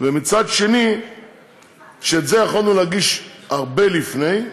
ואת זה היינו יכולים להגיש הרבה לפני,